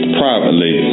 privately